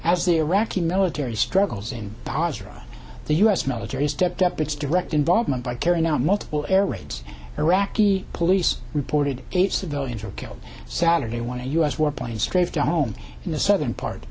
as the iraqi military struggles in basra the u s military stepped up its direct involvement by carrying out multiple air raids iraqi police reported eight civilians were killed saturday want to u s warplanes strafed a home in the southern part